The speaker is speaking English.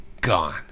gone